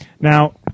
Now